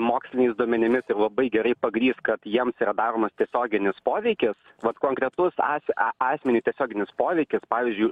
moksliniais duomenimis ir labai gerai pagrįs kad jiems yra daromas tiesioginis poveikis vat konkretus as a asmeniui tiesioginis poveikis pavyzdžiui